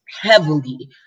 heavily